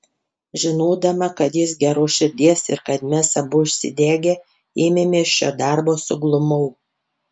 žinodama kad jis geros širdies ir kad mes abu užsidegę ėmėmės šio darbo suglumau